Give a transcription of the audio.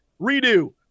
Redo